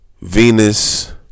Venus